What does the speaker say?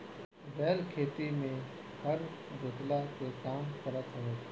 बैल खेती में हर जोतला के काम करत हवे